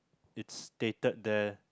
it's stated there